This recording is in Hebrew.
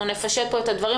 אנחנו נפשט פה את הדברים.